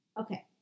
Okay